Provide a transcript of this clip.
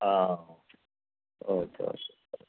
okay okay sir